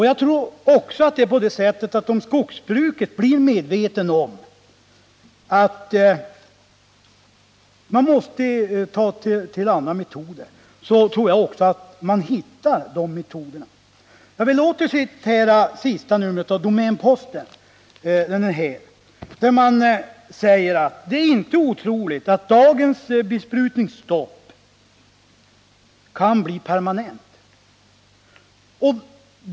Jag tror också att om skogsbrukarna blir medvetna om att de måste ta till andra metoder, så kommer de att hitta de metoderna. Jag vill ännu en gång återge några ord ur senaste numret av Domän-Posten: Det är inte otroligt att dagens besprutningsstopp kan bli permanent.